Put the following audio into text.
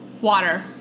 water